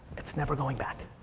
it's never going back.